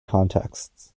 contexts